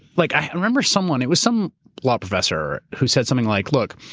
like i remember someone, it was some law professor who said something like, look,